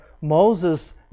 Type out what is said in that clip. Moses